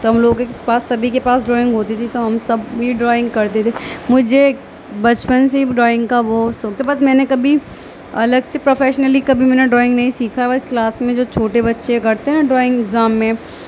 تو ہم لوگوں کے پاس سبھی کے پاس ڈرائنگ ہوتی تھی تو ہم سب بھی ڈرائنگ کرتے تھے مجھے ایک بچپن سے ہی ڈرائنگ کا بہت شوق تھا پر میں نے کبھی الگ سے پروفیشنلی کبھی میں نے ڈارئنگ نہیں سیکھا بس کلاس میں جو چھوٹے بچے کرتے ہیں ڈرائنگ ایگزام میں